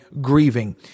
grieving